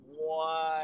one